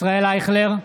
ישראל אייכלר,